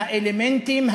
האלמנטים,